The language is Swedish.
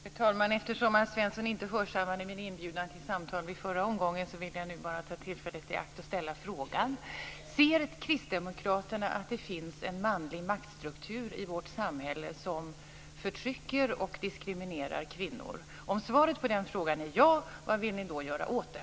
Fru talman! Eftersom Alf Svensson inte hörsammade min inbjudan till samtal vid förra omgången vill jag nu bara ta tillfället i akt och ställa frågan: Ser kristdemokraterna att det finns en manlig maktstruktur i vårt samhälle som förtrycker och diskriminerar kvinnor? Om svaret på den frågan är ja, vad vill ni då göra åt det?